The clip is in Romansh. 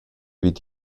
vid